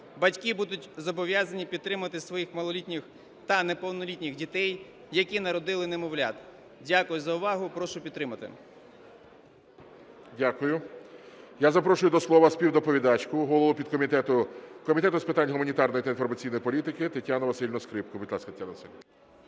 Батьки будуть зобов'язані підтримувати своїх малолітніх та неповнолітніх дітей, які народили немовлят. Дякую за увагу. Прошу підтримати. ГОЛОВУЮЧИЙ. Дякую. Я запрошую до слова співдоповідачку, голову підкомітету Комітету з питань гуманітарної та інформаційної політики Тетяну Василівну Скрипку.